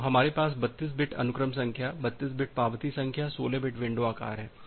तो हमारे पास 32 बिट अनुक्रम संख्या 32 बिट पावती संख्या 16 बिट विंडो आकार है